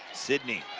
sidney,